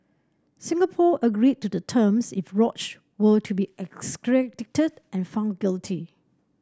Singapore agreed to the terms if Roach were to be extradited and found guilty